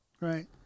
Right